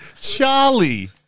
Charlie